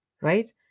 right